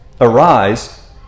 Arise